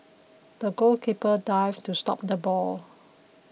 the goalkeeper dived to stop the ball